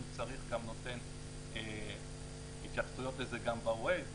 אם צריך גם נותן התייחסויות לזה בווייז,